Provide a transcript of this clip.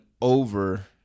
over